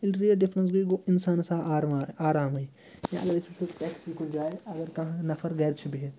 ییٚلہِ rate difference گٔے گوٚو انسانَس آو آرمار آرامٕے یا اگر أسۍ وٕچھو ٹٮ۪کسی کُنہِ جایہِ اگر کانٛہہ نَفر گَرِ چھِ بِہِتھ